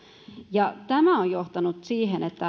tämä on johtanut siihen